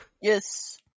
Yes